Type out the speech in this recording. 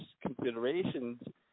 considerations